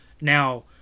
now